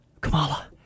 Kamala